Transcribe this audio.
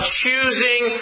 choosing